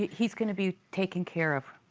he's gonna be taken care of.